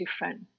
different